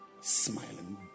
Smiling